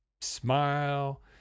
smile